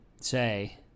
say